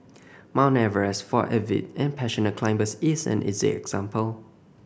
Mount Everest for avid and passionate climbers is an easy example